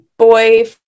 boy